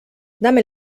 dame